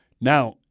Now